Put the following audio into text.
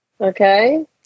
Okay